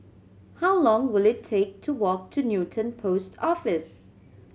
how long will it take to walk to Newton Post Office